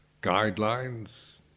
guidelines